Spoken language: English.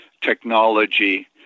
technology